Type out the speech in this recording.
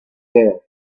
there